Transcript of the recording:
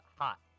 hot